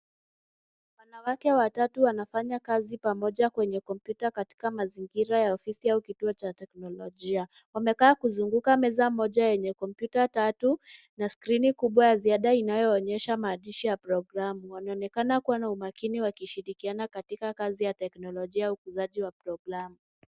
Wanawake watatu wanafanya kazi pamoja kwenye kompyuta katika mazingira ya ofisi au kituo cha teknolojia. Wamekaa kuzunguka meza moja yenye kompyuta tatu na skrini kubwa ya ziada inayoonyesha maandishi ya programu. Wanaonekana kuwa na umakini wakishirikiana katika kazi ya teknolojia au ukuzaji wa programu.